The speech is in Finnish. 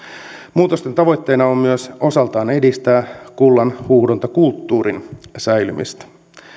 muutosten tavoitteena on myös osaltaan edistää kullanhuuhdontakulttuurin säilymistä